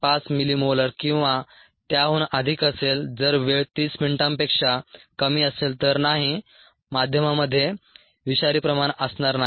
5 millimolar किंवा त्याहून अधिक असेल जर वेळ 30 मिनिटांपेक्षा कमी असेल तर नाही माध्यमामध्ये विषारी प्रमाण असणार नाही